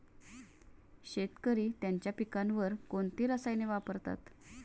शेतकरी त्यांच्या पिकांवर कोणती रसायने वापरतात?